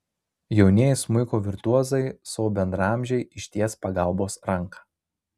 jaunieji smuiko virtuozai savo bendraamžei išties pagalbos ranką